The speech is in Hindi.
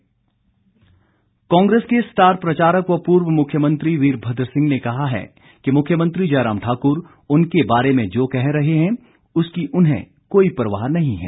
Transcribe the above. वीरभद्र कांग्रेस के स्टार प्रचारक व पूर्व मुख्यमंत्री वीरभद्र सिंह ने कहा है कि मुख्यमंत्री जयराम ठाकुर उनके बारे में जो कह रहे हैं उसकी उन्हें कोई परवाह नहीं है